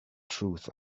truth